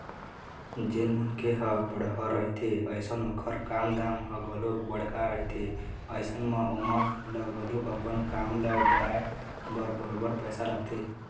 जेन मनखे ह बड़हर रहिथे अइसन ओखर काम धाम ह घलोक बड़का रहिथे अइसन म ओमन ल घलोक अपन काम ल बढ़ाय बर बरोबर पइसा लगथे